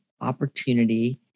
opportunity